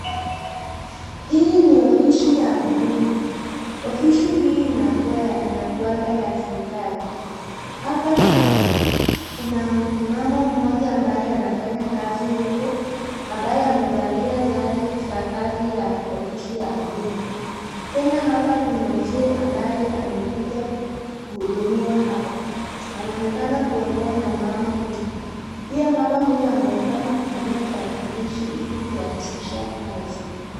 Hii ni ofisi ya huduma , ofisi hii inakuangaa ya serekali , hapa kuna mama moja ambaye anafanya huku ,ambaye amefalia sare za kazi ya ofisi ya huduma, tena hapa kuna Mzee ambaye amekuja muudumiwa hapa anaonekana kuongea na mama huyu pia mama huyu, anaonekana kutumia darakilishi hili kurahisisha kazi.